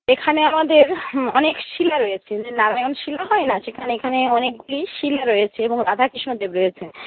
এখানে আমাদের অনেক শিলা রয়েছে যে নারায়ণ শিলা হয় না সেখানে এখানে অনেকগুলি শিলা রয়েছে এবং রাধা কৃষ্ণদেব রয়েছেন